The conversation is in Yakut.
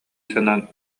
санаан